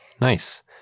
Nice